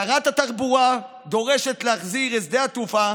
שרת התחבורה דורשת להחזיר את שדה התעופה